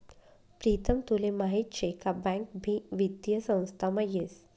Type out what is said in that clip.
प्रीतम तुले माहीत शे का बँक भी वित्तीय संस्थामा येस